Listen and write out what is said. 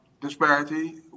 disparity